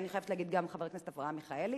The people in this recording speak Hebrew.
אני חייבת להגיד שגם חבר הכנסת אברהם מיכאלי,